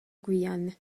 guyane